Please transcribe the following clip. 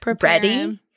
ready